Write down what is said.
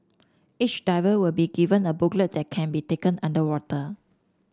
each diver will be given a booklet that can be taken underwater